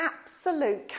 absolute